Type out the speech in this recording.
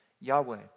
Yahweh